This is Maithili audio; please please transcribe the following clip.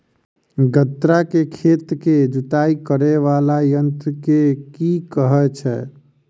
गन्ना केँ खेत केँ जुताई करै वला यंत्र केँ की कहय छै?